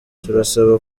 turasaba